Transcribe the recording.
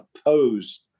opposed